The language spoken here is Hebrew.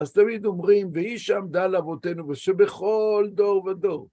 אז תמיד אומרים, "והיא שעמדה לאבותינו", ו"שבכל דור ודור".